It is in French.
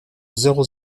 zéro